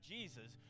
Jesus